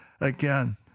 again